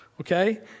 Okay